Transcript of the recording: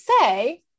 say